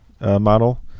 model